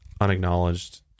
Unacknowledged